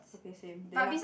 okay same then last